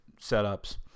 setups